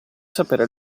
sapere